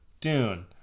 Dune